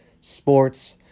sports